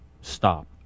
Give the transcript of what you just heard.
stop